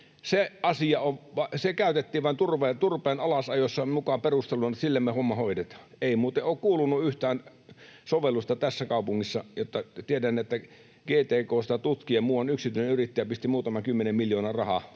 käytettiin vain turpeen alasajossa muka perusteluna, että sillä me homma hoidetaan. Ei muuten ole kuulunut yhtään sovellusta tässä kaupungissa. Tiedän, että GTK sitä tutkii ja muuan yksityinen yrittäjä pisti muutaman kymmenen miljoonaa rahaa,